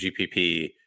GPP